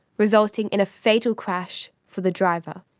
resulting in a fatal crash for the driver.